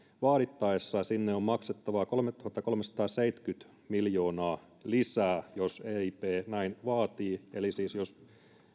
vaadittaessa sinne on maksettava kolmetuhattakolmesataaseitsemänkymmentä miljoonaa lisää jos eip näin vaatii eli siis jos